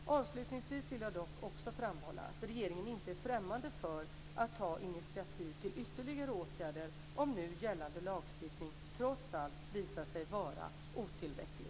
Avslutningsvis vill jag dock också framhålla att regeringen inte är främmande för att ta initiativ till ytterligare åtgärder om nu gällande lagstiftning trots allt visar sig vara otillräcklig.